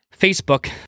Facebook